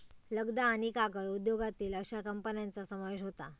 लगदा आणि कागद उद्योगातील अश्या कंपन्यांचा समावेश होता